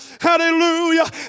Hallelujah